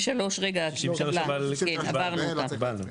ו-74 דילגנו.